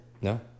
No